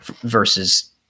versus